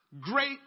great